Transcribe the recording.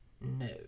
No